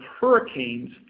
hurricanes